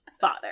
father